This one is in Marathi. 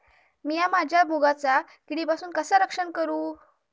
मीया माझ्या मुगाचा किडीपासून कसा रक्षण करू?